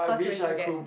cause he always forget